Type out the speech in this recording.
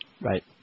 Right